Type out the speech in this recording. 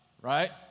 right